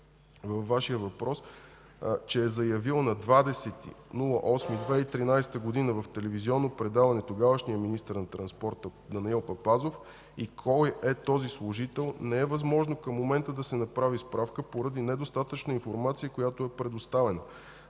Вашия въпрос – че е заявил на 20 август 2013 г. в телевизионно предаване тогавашният министър на транспорта Данаил Папазов, и кой е този служител, не е възможно към момента да се направи справка поради недостатъчната информация, която е предоставена.